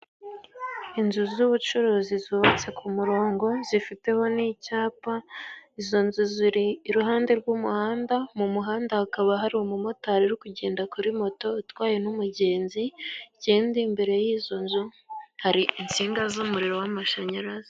Inzu z'ubucuruzi zubatse ku murongo, zifiteho n'icyapa, izo nzu ziri iruhande rw'umuhanda, mu muhanda hakaba hari umumotari uri kugenda kuri moto, utwaye n'umugenzi. Ikindi imbere y'izo nzu, hari insinga z'umuriro w'amashanyarazi.